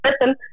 listen